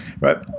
right